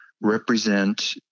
represent